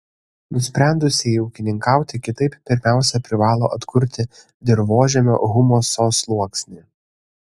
nusprendusieji ūkininkauti kitaip pirmiausia privalo atkurti dirvožemio humuso sluoksnį